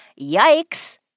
Yikes